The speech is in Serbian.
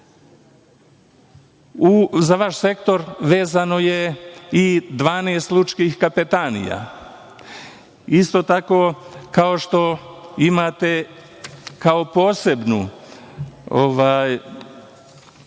EU.Za vaš sektor vezano je i 12 lučkih kapetanija. Isto tako kao što imate kao posebnu